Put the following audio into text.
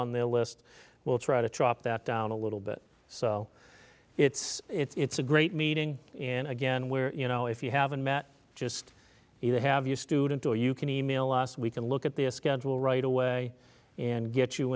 on their list will try to trap that down a little bit so it's it's a great meeting and again we're you know if you haven't met just either have your student or you can email us we can look at the a schedule right away and get you